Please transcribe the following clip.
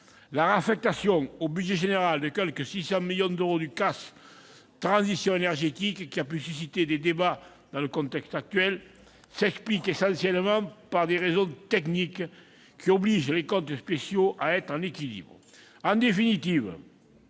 La réaffectation au budget général de quelque 600 millions d'euros du compte d'affectation spéciale « Transition énergétique », qui a pu susciter des débats dans le contexte actuel, s'explique essentiellement par des raisons techniques, obligeant les comptes spéciaux à être en équilibre.